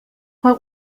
what